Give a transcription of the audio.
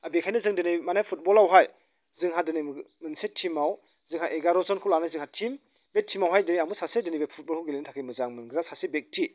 आर बेखायनो जों दिनै माने फुटबलावहाय जोंहा दिनै मोनसे टिमाव जोंहा एगार' जनखौ लानाय जोंहा टिम बे टिमावहाय दिनै आंबो सासे दिनै बे फुटबलखौ गेलेनो थाखाय मोजां मोनग्रा सासे बेक्ति